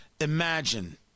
imagine